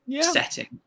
setting